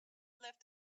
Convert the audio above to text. left